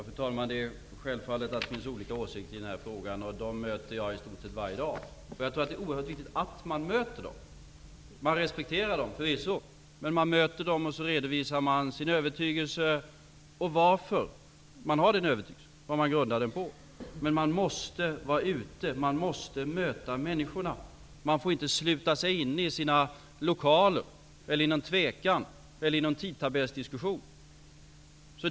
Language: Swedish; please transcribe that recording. Fru talman! Självfallet finns det olika åsikter i den här frågan. Sådana olika åsikter möter jag i stort sett varje dag. Jag tror nämligen att det är oerhört viktigt att man möter dem, att man respekterar dem -- förvisso -- men att man sedan redovisar sin övertygelse och varför man har den övertygelsen, vad man grundar den på. Man måste emellertid vara ute, och man måste möta människorna. Man får inte sluta sig inne i sina lokaler, i någon tvekan eller i någon tidtabellsdiskussion.